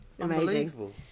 Unbelievable